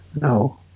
No